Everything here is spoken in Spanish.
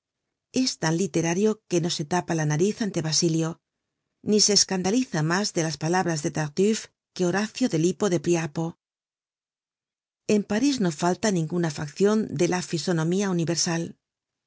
tan literario que no se tapa la hariz ante basilio ni se escandaliza mas de las palabras de tartufe que horacio del hipo de priapo en parís no falta ninguna faccion de la fisonomía universal